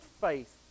faith